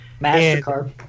Mastercard